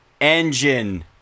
engine